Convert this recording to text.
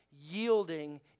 yielding